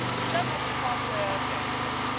resembles pont l'eveque.